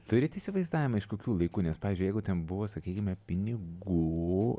turit įsivaizdavimą iš kokių laikų nes pavyzdžiui jeigu ten buvo sakykime pinigų